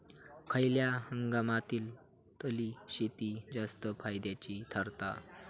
खयल्या हंगामातली शेती जास्त फायद्याची ठरता?